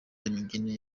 imibyinire